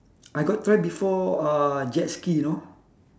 I got try before uh jet ski you know